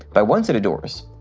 by one set of doors,